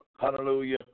Hallelujah